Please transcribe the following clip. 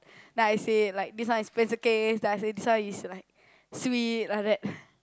then I say like this one is pencil case then after that this one is like sweet then after that